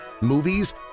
movies